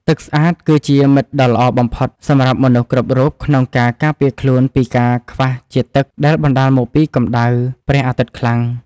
ទឹកស្អាតគឺជាមិត្តដ៏ល្អបំផុតសម្រាប់មនុស្សគ្រប់រូបក្នុងការការពារខ្លួនពីការខះជាតិទឹកដែលបណ្ដាលមកពីកម្តៅព្រះអាទិត្យខ្លាំង។